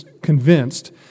convinced